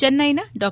ಚೆನ್ನೈನ ಡಾ